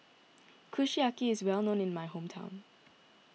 Kushiyaki is well known in my hometown